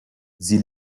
sie